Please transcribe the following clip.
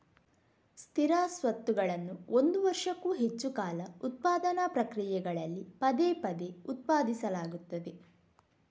ಸ್ಥಿರ ಸ್ವತ್ತುಗಳನ್ನು ಒಂದು ವರ್ಷಕ್ಕೂ ಹೆಚ್ಚು ಕಾಲ ಉತ್ಪಾದನಾ ಪ್ರಕ್ರಿಯೆಗಳಲ್ಲಿ ಪದೇ ಪದೇ ಉತ್ಪಾದಿಸಲಾಗುತ್ತದೆ